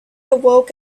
awoke